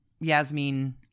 Yasmin